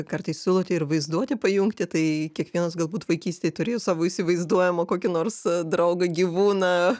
kartais siūlote ir vaizduotę pajungti tai kiekvienas galbūt vaikystėj turėjo savo įsivaizduojamą kokį nors draugą gyvūną